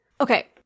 Okay